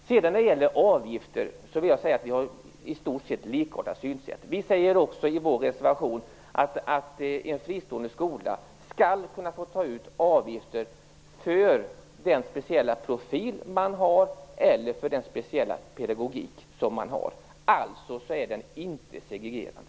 När det gäller avgifter vill jag säga att vi i stort sett har ett likartat synsätt. Vi säger också i vår reservation att en fristående skola skall kunna få ta ut avgifter för den speciella profil man har eller för den speciella pedagogik man har. Alltså är den inte segregerande.